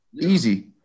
Easy